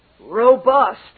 robust